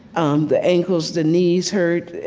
um the ankles, the knees hurt,